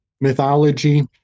mythology